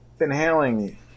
inhaling